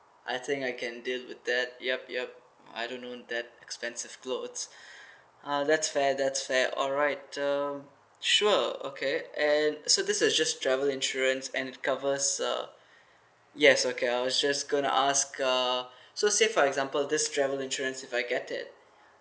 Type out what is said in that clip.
I think I can deal with that yup yup I don't own that expensive clothes uh that's fair that's fair alright um sure okay and so these are just travel insurance and it covers uh yes okay I was just going to ask uh so say for example this travel insurance if I get it